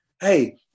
hey